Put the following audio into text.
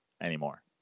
anymore